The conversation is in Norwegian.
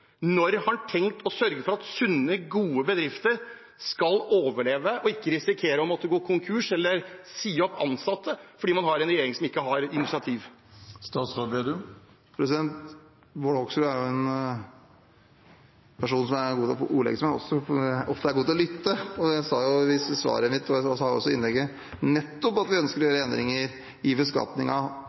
Når har han tenkt til å sørge for at sunne, gode bedrifter skal overleve, og ikke risikere å gå konkurs eller måtte si opp ansatte fordi man har en regjering som ikke tar/har initiativ? Bård Hoksrud er en person som er god til å ordlegge seg, men som også ofte er god til å lytte. Jeg sa i svaret mitt og i innlegget at vi ønsker å gjøre endringer i